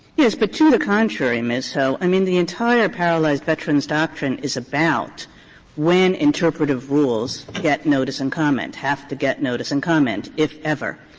but to the contrary, ms. ho, i mean, the entire paralyzed veterans doctrine is about when interpretative rules get notice and comment, have to get notice and comment, if ever.